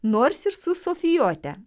nors ir su sofijote